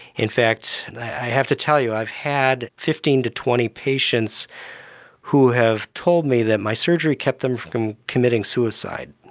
in fact, i have to tell you, i've had fifteen to twenty patients who have told me that my surgery kept them from committing suicide.